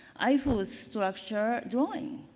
eiffel structure drawing.